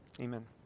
Amen